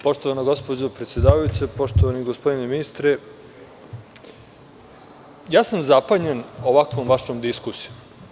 Poštovana gospođo predsedavajuća, poštovani gospodine ministre, zapanjen sam ovakvom vašom diskusijom.